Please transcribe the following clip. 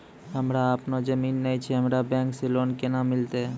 हमरा आपनौ जमीन नैय छै हमरा बैंक से लोन केना मिलतै?